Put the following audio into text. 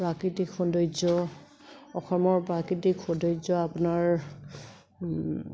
প্ৰাকৃতিক সৌন্দৰ্য অসমৰ প্ৰাকৃতিক সৌন্দৰ্য আপোনাৰ